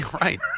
Right